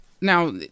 Now